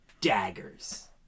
daggers